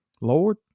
Lord